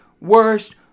worst